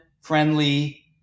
friendly